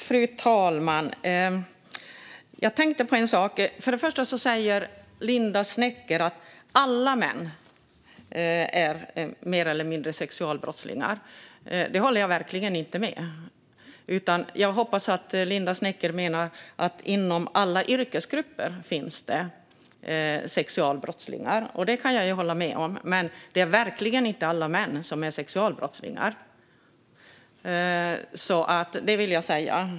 Fru talman! Linda Snecker säger att alla män mer eller mindre är sexualbrottslingar. Det håller jag verkligen inte med om. Jag hoppas att Linda Snecker menade att det finns sexualbrottslingar inom alla yrkesgrupper. Det kan jag hålla med om. Men det är verkligen inte alla män som är sexualbrottslingar. Det vill jag säga.